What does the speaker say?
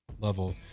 level